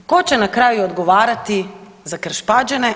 Tko će na kraju odgovarati za Krš-Pađene?